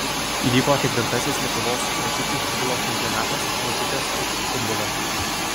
įvyko ketvirtasis lietuvos močiučių futbolo čempionatas močiutės už futbolą